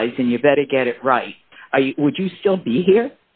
guys and you better get it right would you still be here